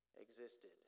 existed